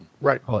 Right